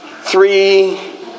three